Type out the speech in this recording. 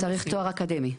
צריך תואר אקדמי.